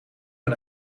met